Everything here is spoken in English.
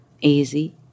Easy